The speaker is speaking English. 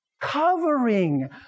covering